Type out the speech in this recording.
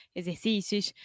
exercícios